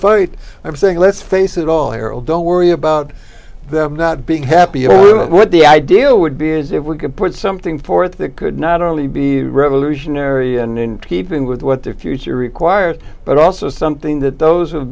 fight i'm saying let's face it all they are all don't worry about them not being happy or what the ideal would be is if we could put something forth that could not only be revolutionary and in keeping with what the future requires but also something that those who have